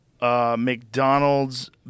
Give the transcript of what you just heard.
McDonald's